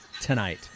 tonight